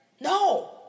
No